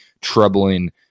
troubling